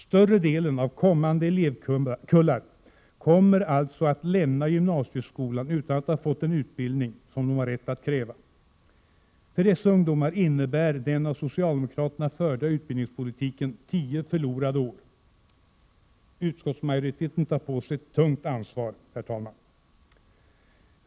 Större delen av kommande elevkullar kommer alltså att lämna gymnasieskolan utan att ha fått en utbildning som de har rätt att kräva. För dessa ungdomar innebär den av socialdemokraterna förda utbildningspolitiken tio förlorade år. Utskottsmajoriteten tar på sig ett tungt ansvar.